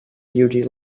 duty